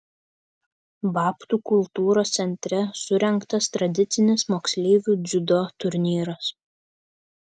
babtų kultūros centre surengtas tradicinis moksleivių dziudo turnyras